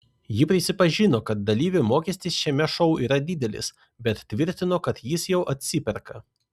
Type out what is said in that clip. ji prisipažino kad dalyvio mokestis šiame šou yra didelis bet tvirtino kad jis jau atsiperka